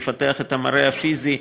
לפתח את המראה הפיזי,